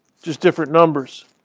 just different numbers.